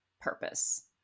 purpose